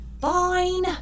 Fine